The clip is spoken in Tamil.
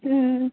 ம்